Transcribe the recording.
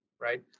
right